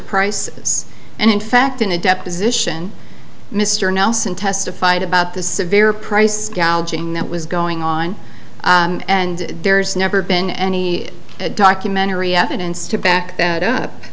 prices and in fact in a deposition mr nelson testified about the severe price gouging that was going on and there's never been any documentary evidence to back